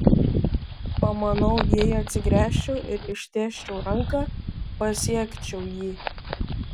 pamanau jei atsigręžčiau ir ištiesčiau ranką pasiekčiau jį